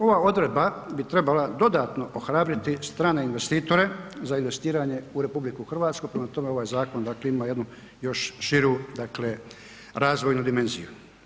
Ova odredba bi trebala dodatno ohrabriti strane investitore za investiranje u RH, prema tome ovaj zakon, dakle ima jednu još širu, dakle razvojnu dimenziju.